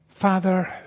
Father